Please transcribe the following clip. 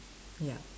ya